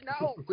no